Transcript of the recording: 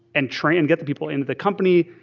and train and get the people into the company,